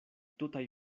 tutaj